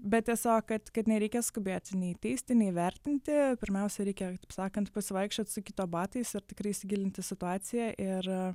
bet tiesiog kad kad nereikia skubėti nei teisti nei vertinti pirmiausia reikia taip sakant pasivaikščiot su kito batais ir tikrai įsigilint į situaciją ir